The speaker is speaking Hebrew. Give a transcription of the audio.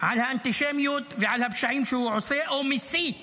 על האנטישמיות ועל הפשעים שהוא עושה, או מסית